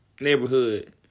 neighborhood